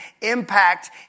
impact